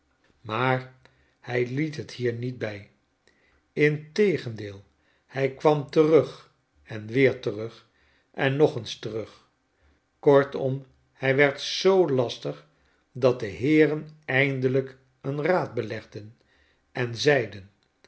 maar hij liet het hier niet bij integendeel hij kwam terug en weer terug en nog eens terug kortom hij werd zoo lastig dat de heeren eindelijk een raad belegden en zeiden